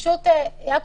יעקב,